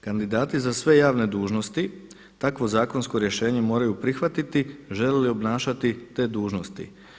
Kandidati za sve javne dužnosti takvo zakonsko rješenje moraju prihvatiti žele li obnašati te dužnosti.